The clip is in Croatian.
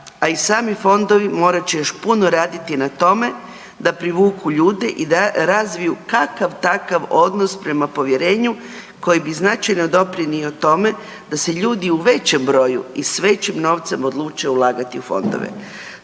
a i sami fondovi morat će još puno raditi na tome da privuku ljude i da razviju kakav takav odnos prema povjerenju koji bi značajno doprinio tome da se ljudi u većem broju i s većim novcem odluče ulagati u fondove.